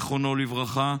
זיכרונו לברכה,